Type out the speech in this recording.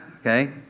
okay